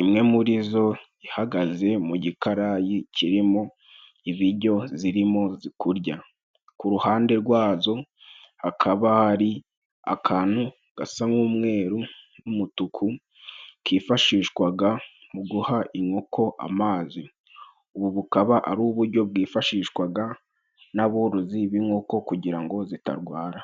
imwe muri zo ihagaze mu gikarayi kirimo ibijyo zirimo kurya, ku ruhande rwazo hakaba hari akantu gasa nk'umweruru n'umutuku kifashishwaga mu guha inkoko amazi, ubu bukaba ari ubujyo bwifashishwaga n'aborozi b'inkoko kugira ngo zitarwara.